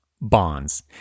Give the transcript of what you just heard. bonds